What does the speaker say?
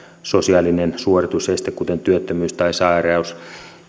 sosiaalinen suorituseste kuten työttömyys tai sairaus